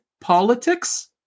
politics